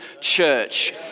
church